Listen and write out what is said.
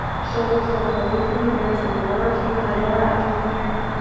shoulders drawing away from the ears. i'm working my lower abdomen here.